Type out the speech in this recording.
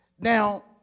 Now